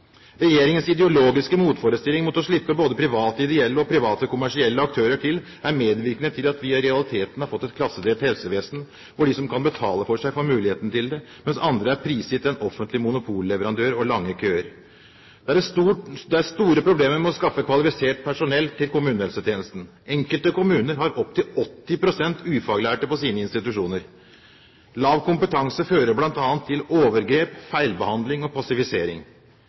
Regjeringens ideologiske motforestilling mot å slippe både private ideelle og private kommersielle aktører til er medvirkende til at vi i realiteten har fått et klassedelt helsevesen, hvor de som kan betale for seg, får muligheten til det, mens andre er prisgitt en offentlig monopolleverandør og lange køer. Det er store problemer med å skaffe kvalifisert personell til kommunehelsetjenesten. Enkelte kommuner har opptil 80 pst. ufaglærte på sine institusjoner. Lav kompetanse fører bl.a. til overgrep, feilbehandling og